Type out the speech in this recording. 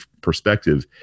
perspective